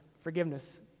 forgiveness